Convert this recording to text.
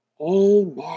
Amen